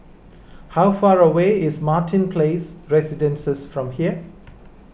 how far away is Martin Place Residences from here